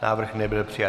Návrh nebyl přijat.